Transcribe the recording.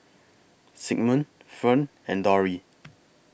Sigmund Fern and Dori